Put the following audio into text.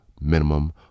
minimum